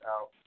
out